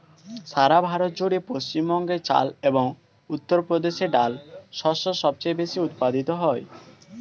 সারা ভারত জুড়ে পশ্চিমবঙ্গে চাল এবং উত্তরপ্রদেশে ডাল শস্য সবচেয়ে বেশী উৎপাদিত হয়